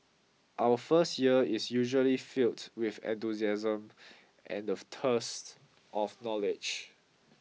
our first year is usually filled with enthusiasm and the thirst of knowledge